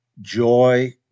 joy